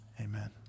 Amen